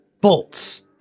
bolts